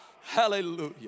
Hallelujah